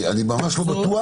אני ממש לא בטוח.